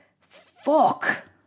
fuck